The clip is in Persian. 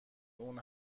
اون